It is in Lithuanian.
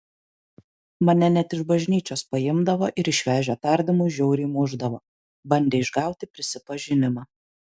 mane net iš bažnyčios paimdavo ir išvežę tardymui žiauriai mušdavo bandė išgauti prisipažinimą